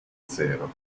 zero